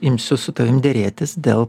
imsiu su tavim derėtis dėl